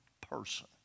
person